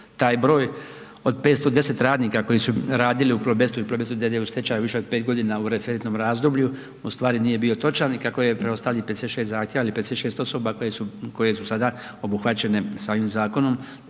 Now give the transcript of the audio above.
taj broj od 510 radnika koji su radili u Plebestu i Plobestu d.d. u stečaju više od 5 godina u referentnom razdoblju, ustvari nije bio točan i kako je preostalih 56 zahtjeva ili 56 osoba koje su sada obuhvaćene sa ovim zakonom,